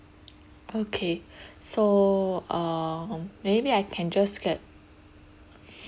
okay so um maybe I can just get